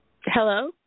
Hello